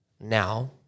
Now